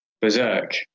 berserk